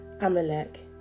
amalek